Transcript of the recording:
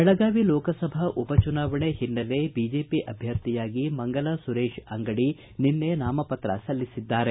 ಬೆಳಗಾವಿ ಲೋಕಸಭಾ ಉಪ ಚುನಾವಣೆ ಹಿನ್ನಲೆಯಲ್ಲಿ ಬಿಜೆಪಿ ಅಭ್ಯರ್ಥಿಯಾಗಿ ಮಂಗಲಾ ಸುರೇಶ ಅಂಗಡಿ ನಿನ್ನೆ ನಾಮಪತ್ರ ಸಲ್ಲಿಸಿದ್ದಾರೆ